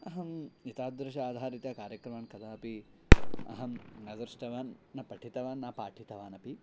अहम् एतादृशाधारितकार्यक्रमं कदापि अहं न दृष्टवान् न पठितवान् न पाठितवानपि